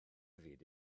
fyd